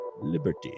liberty